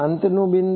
અંતનું બિંદુ